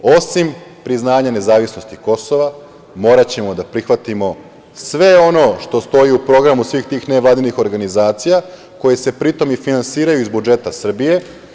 Osim priznanja nezavisnosti Kosova, moraćemo da prihvatimo sve ono što stoji u programu svih tih nevladinih organizacija, koje se pri tom i finansiraju iz budžeta Srbije.